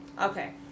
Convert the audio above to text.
Okay